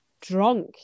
drunk